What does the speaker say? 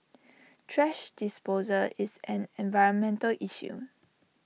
thrash disposal is an environmental issue